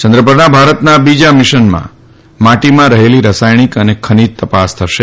ચંદ્ર પરના ભારતના આ બીજા મિશનમાં ચંદ્રમાં માટીમાં રહેલી રસાયણિક અને ખનીજ તપાસ થશે